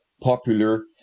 popular